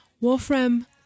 Wolfram